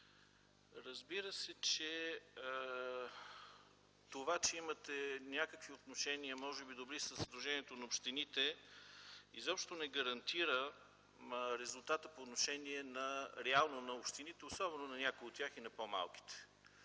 разбира се, това, че имате някакви отношения, може би добри със сдружението на общините изобщо не гарантира резултата по отношение реално на общините, особено на някои от тях и на по-малките.